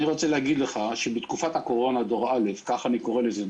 אני רוצה להגיד לך שבתקופת הקורונה דור א' כך אני קורא לזה,